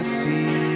see